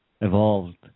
evolved